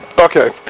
Okay